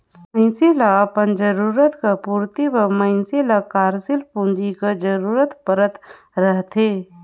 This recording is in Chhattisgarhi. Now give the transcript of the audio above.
मइनसे ल अपन जरूरत कर पूरति बर मइनसे ल कारसील पूंजी कर जरूरत परत रहथे